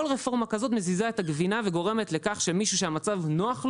כל רפורמה כזאת מזיזה את הגבינה וגורמת לכך שמישהו שהמצב נוח לו,